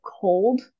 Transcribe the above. cold